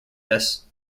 this